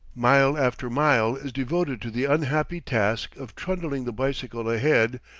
mile after mile is devoted to the unhappy task of trundling the bicycle ahead,